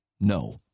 No